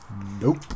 nope